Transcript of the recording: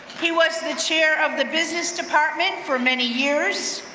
he was the chair of the business department for many years,